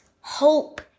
hope